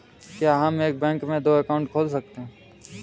क्या हम एक बैंक में दो अकाउंट खोल सकते हैं?